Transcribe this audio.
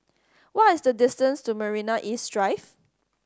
what is the distance to Marina East Drive